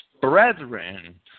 brethren